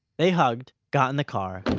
they hugged, got in the car,